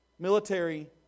Military